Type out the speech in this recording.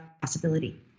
possibility